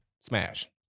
Smash